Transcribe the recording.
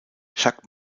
jacques